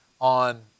on